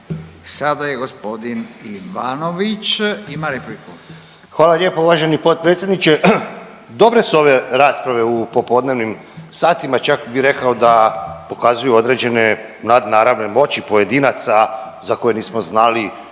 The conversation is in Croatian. ima repliku. **Ivanović, Goran (HDZ)** Hvala lijepo uvaženi potpredsjedniče. Dobre su ove rasprave u popodnevnim satima, čak bi rekao da pokazuju određene nadnaravne moći pojedinaca za koje nismo znali,